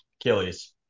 Achilles